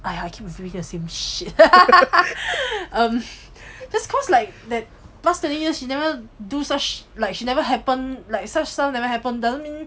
!aiya! I just keep repeating the same shit um just cause like that last twenty years she never do such like she never happen like such stuffs never happened doesn't mean